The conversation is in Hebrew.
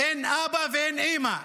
אין אבא ואין אימא,